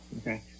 Okay